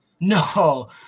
No